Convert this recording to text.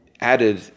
added